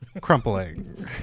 Crumpling